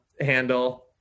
handle